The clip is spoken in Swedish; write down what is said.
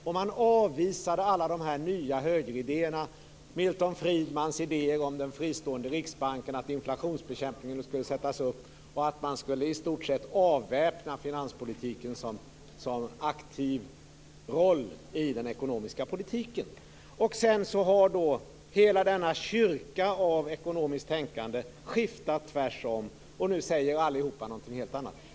Och man avvisade alla dessa nya högeridéer - Milton Friedmans idéer om den fristående riksbanken, att man skulle ha inflationsbekämpning och att man i stort sett skulle avväpna finanspolitikens aktiva roll i den ekonomiska politiken. Sedan har då hela denna kyrka av ekonomiskt tänkande skiftat, och det har blivit tvärtom, och nu säger allihop någonting helt annat.